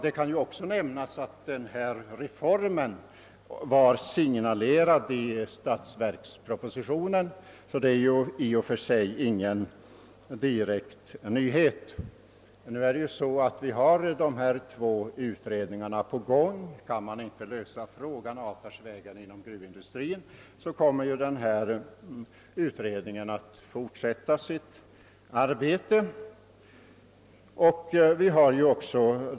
Det kan också nämnas, att denna reform signalerats i statsverkspropositionen, varför den i och för sig inte direkt är någon nyhet. Nu pågår alltså dessa båda utredningar. Om det inte avtalsvägen lyckas att lösa frågan för gruvarbetarnas del, så kommer denna utredning att fortsätta.